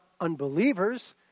unbelievers